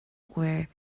were